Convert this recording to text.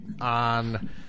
on